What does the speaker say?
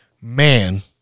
man